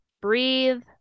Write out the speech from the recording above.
breathe